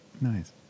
Nice